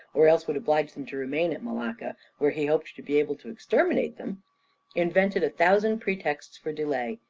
or else would oblige them to remain at malacca, where he hoped to be able to exterminate them invented a thousand pretexts for delay,